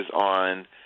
on